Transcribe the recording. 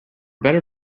better